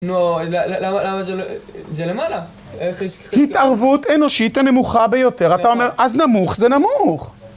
לא, למה, למה זה לא... זה למעלה. התערבות אנושית הנמוכה ביותר, אתה אומר, אז נמוך זה נמוך.